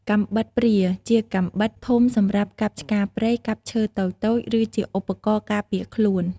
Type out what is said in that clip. កាំបិតព្រា ជាកាំបិតធំសម្រាប់កាប់ឆ្ការព្រៃ កាប់ឈើតូចៗ ឬជាឧបករណ៍ការពារខ្លួន។